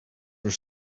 were